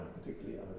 particularly